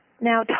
Now